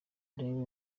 urebe